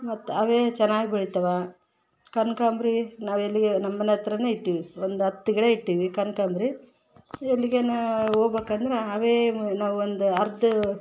ಮತ್ತು ಅವೇ ಚೆನ್ನಾಗ್ ಬೆಳಿತವೆ ಕನಕಾಂಬ್ರಿ ನಾವು ಇಲ್ಲಿಯೇ ನಮ್ಮ ಮನೇಹತ್ರನೇ ಇಟ್ಟೀವಿ ಒಂದು ಹತ್ತು ಗಿಡ ಇಟ್ಟಿವಿ ಕನಕಾಂಬ್ರಿ ಎಲ್ಲಿಗೇನು ಹೋಗ್ಬೇಕಂದ್ರ್ ಅವೇ ನಾವೊಂದು ಹರ್ದ್